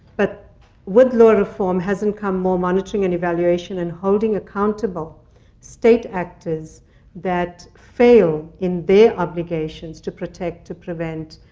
but with law reform hasn't come more monitoring and evaluation and holding accountable state actors that fail in their obligations to protect, to prevent,